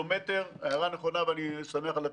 הערה נכונה ואני שמח על התיקון.